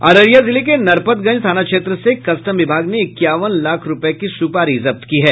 अररिया जिले के नरपतगंज थाना क्षेत्र से कस्टम विभाग ने इक्यावन लाख रूपये की सुपारी जब्त की है